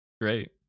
Great